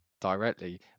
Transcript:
directly